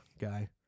guy